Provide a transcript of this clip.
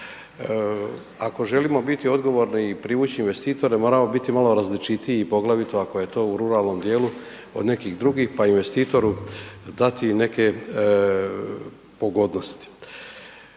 Ako želimo biti odgovorni i privući investitore, moramo biti malo različitiji, poglavito ako je to u ruralnom dijelu, od nekih drugih, pa investitoru dati neke pogodnosti.